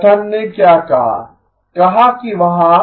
कथन ने क्या कहा कि वहाँ